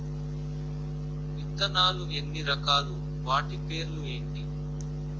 విత్తనాలు ఎన్ని రకాలు, వాటి పేర్లు ఏంటి?